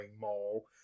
mall